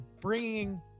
bringing